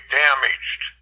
damaged